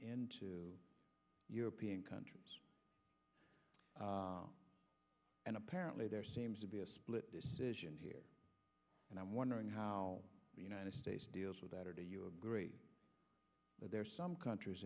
into european countries and apparently there seems to be a split decision here and i'm wondering how the united states deals with that or do you agree that there are some countries